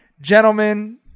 gentlemen